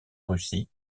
russie